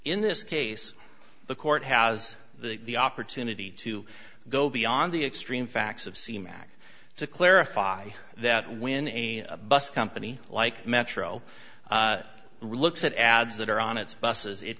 in this case the court has the opportunity to go beyond the extreme facts of c max to clarify that when a bus company like metro looks at ads that are on its buses it